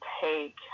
take